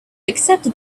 accepted